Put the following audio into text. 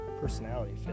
personality